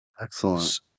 Excellent